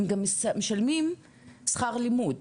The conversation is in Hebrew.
הם גם משלמים שכר לימוד.